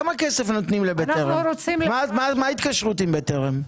מה ההתקשרות עם בטרם?